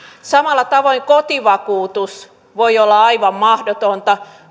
samalla tavoin kotivakuutus voi olla aivan mahdoton